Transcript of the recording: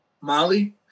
molly